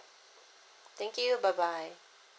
thank you bye bye